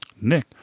Nick